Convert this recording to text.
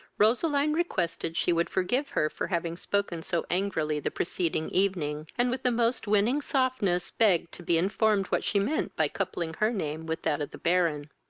roseline requested she would forgive her for having spoken so angrily the preceding evening, and with the most winning softness begged to be informed what she meant by coupling her name with that of the baron.